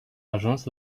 ajuns